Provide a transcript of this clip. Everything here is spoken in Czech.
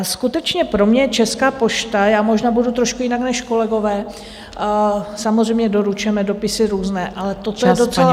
Skutečně pro mě je Česká pošta, já možná budu trošku jinak než kolegové, samozřejmě doručujeme dopisy různé, ale to, co je docela...